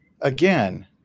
Again